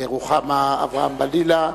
רוחמה אברהם-בלילא,